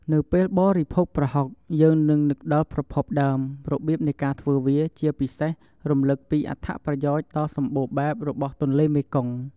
នៅពេលបរិភោគប្រហុក យើងនឹងនឹកដល់ប្រភពដើម របៀបនៃការធ្វើវា ជាពិសេស រំលឹកពីអត្ថប្រយោជន៍ដ៏សម្បូរបែបរបស់ទន្លេមេគង្គ។